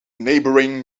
neighboring